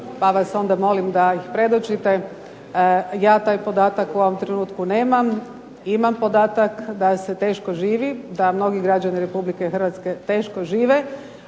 pa vas onda molim da ih predočite. Ja taj podatak u ovom trenutku nemam. Imam podatak da se teško živi, da mnogi građani Republike Hrvatske teško žive